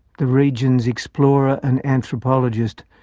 the region's explorer and anthropologist,